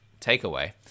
takeaway